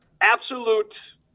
absolute